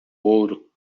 ouro